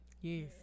Yes